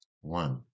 One